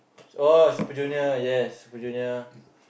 oh Super-Junior yes Super-Junior